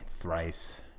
Thrice